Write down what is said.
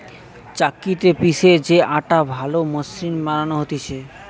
চাক্কিতে পিষে যে আটা ভালো মসৃণ বানানো হতিছে